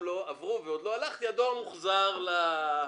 עברו ועוד לא הלכתי הדואר הוחזר לשולח.